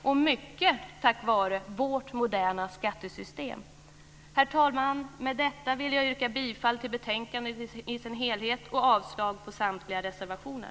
Och det är mycket tack vare vårt moderna skattesystem. Herr talman! Med detta vill jag yrka bifall till utskottets hemställan i betänkandet i dess helhet och avslag på samtliga reservationer.